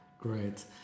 Great